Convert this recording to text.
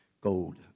gold